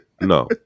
No